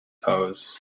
powers